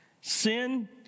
Sin